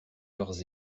leurs